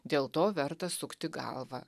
dėl to verta sukti galvą